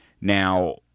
now